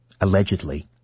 allegedly